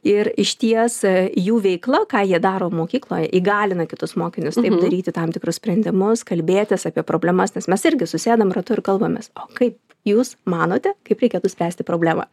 ir išties jų veikla ką jie daro mokykloj įgalina kitus mokinius taip daryti tam tikrus sprendimus kalbėtis apie problemas nes mes irgi susėdam ratu ir kalbamės o kaip jūs manote kaip reikėtų spręsti problemą